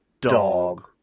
dog